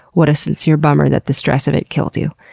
what a sincere bummer that the stress of it killed you.